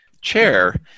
chair